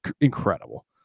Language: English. incredible